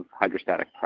hydrostatic